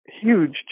huge